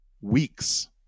weeks